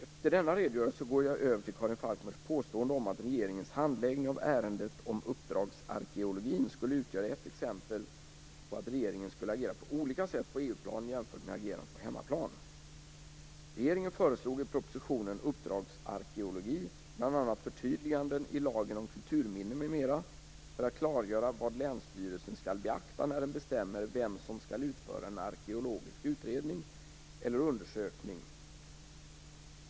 Efter denna redogörelse går jag över till Karin Falkmers påstående om att regeringens handläggning av ärendet om uppdragsarkeologin skulle utgöra ett exempel på att regeringen skulle agera på olika sätt på EU-plan och på hemmaplan. Regeringen föreslog i propositionen Uppdragsarkeologi bl.a. förtydliganden i lagen om kulturminnen m.m. för att klargöra vad länsstyrelsen skall beakta när den bestämmer vem som skall utföra en arkeologisk utredning eller undersökning.